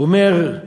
אגב,